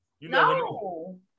No